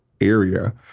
area